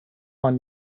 man